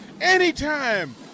Anytime